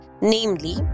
namely